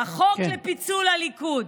בחוק לפיצול הליכוד,